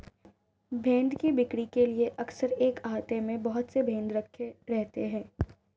भेंड़ की बिक्री के लिए अक्सर एक आहते में बहुत से भेंड़ रखे रहते हैं